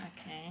okay